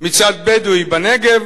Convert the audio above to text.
מצד בדואי בנגב